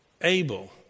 Abel